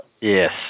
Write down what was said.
Yes